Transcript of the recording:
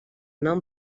nom